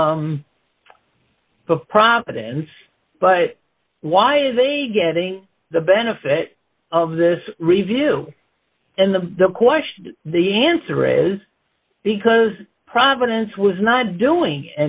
providence but why are they getting the benefit of this review and the question the answer is because providence was not doing